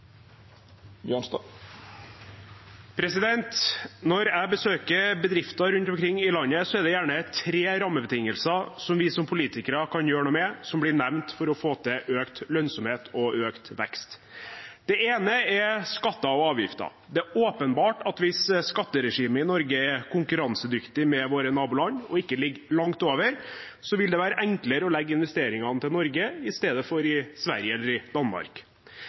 benyttes. Når jeg besøker bedrifter rundt omkring i landet, er det gjerne tre rammebetingelser som vi som politikere kan gjøre noe med, som blir nevnt for å få til økt lønnsomhet og økt vekst. Det ene er skatter og avgifter. Det er åpenbart at hvis skatteregimet i Norge er konkurransedyktig sammenlignet med våre naboland og ikke ligger langt over, vil det være enklere å legge investeringene til Norge i stedet for til Sverige eller Danmark.